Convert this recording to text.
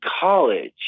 college